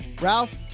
Ralph